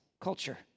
culture